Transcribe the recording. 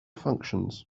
functions